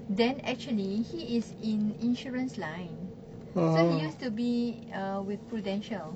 then actually he is in insurance line so he used to be uh with Prudential